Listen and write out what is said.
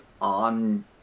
on